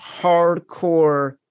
hardcore